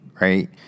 right